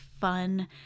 fun